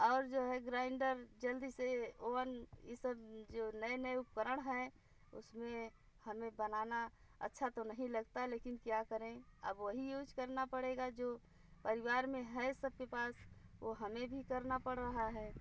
और जो है ग्राइन्डर जल्दी से ओवन ई सब जो नए नए उपकरण है उसमें हमें बनाना अच्छा तो नहीं लगता लेकिन क्या करें अब वही यूज करना पड़ेगा जो परिवार में है सबके पास वो हमें भी करना पर रहा है